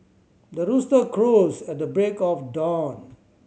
the rooster crows at the break of dawn